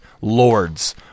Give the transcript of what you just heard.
lords